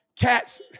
Cats